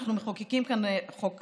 אנחנו מחוקקים כאן חוק כזה.